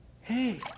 Hey